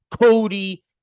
Cody